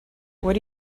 what